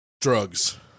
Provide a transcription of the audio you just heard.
Drugs